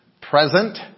Present